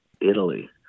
Italy